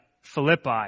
Philippi